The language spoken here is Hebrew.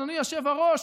אדוני היושב-ראש,